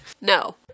No